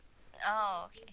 oh okay